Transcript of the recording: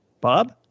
bob